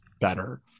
better